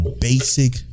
basic